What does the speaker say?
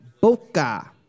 boca